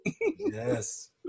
yes